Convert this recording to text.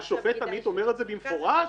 השופט עמית אומר את זה במפורש